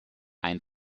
ein